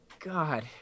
God